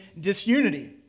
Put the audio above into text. disunity